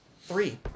three